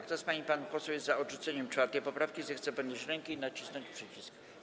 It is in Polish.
Kto z pań i panów posłów jest za odrzuceniem 4. poprawki, zechce podnieść rękę i nacisnąć przycisk.